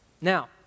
Now